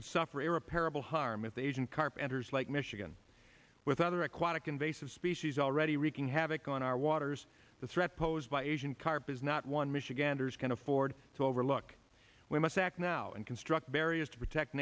would suffer a repairable harm with asian carpenters like michigan with other aquatic invasive species already wreaking havoc on our waters the threat posed by asian carp is not one michiganders can afford to overlook we must act now and construct barriers to protect